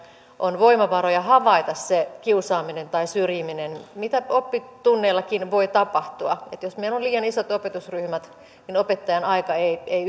on voimavaroja havaita se kiusaaminen tai syrjiminen mitä oppitunneillakin voi tapahtua jos meillä on liian isot opetusryhmät niin opettajan aika ei ei